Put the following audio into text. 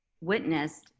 witnessed